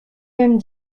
même